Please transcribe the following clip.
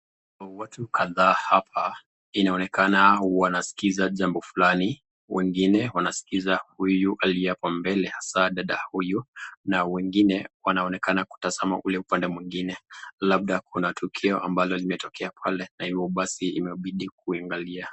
Watu kadhaa apa inaonekana wanaskiza jambo fulani, wengine wanaskiza huyu aliye apa mbele hasa dada huyu na wengine wanaonekana kutazama ule upande mwengine labda kuna tukio limetokea pale na ivyo basi imebidii kuiangalia.